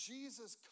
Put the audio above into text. Jesus